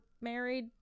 married